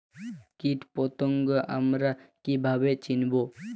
কীটপতঙ্গ আমরা কীভাবে চিনব?